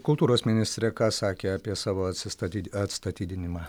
kultūros ministrė ką sakė apie savo atsistatydinimą atstatydinimą